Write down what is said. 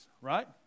right